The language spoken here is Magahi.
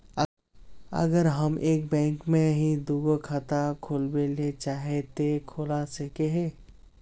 अगर हम एक बैंक में ही दुगो खाता खोलबे ले चाहे है ते खोला सके हिये?